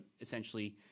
essentially